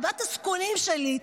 בת הזקונים שלי,